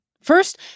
First